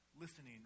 listening